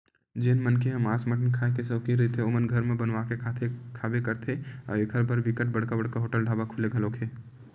जेन मनखे ह मांस मटन खांए के सौकिन रहिथे ओमन घर म बनवा के खाबे करथे अउ एखर बर बिकट बड़का बड़का होटल ढ़ाबा खुले घलोक हे